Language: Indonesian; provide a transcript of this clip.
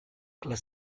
kelas